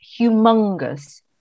humongous